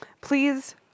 please